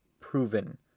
proven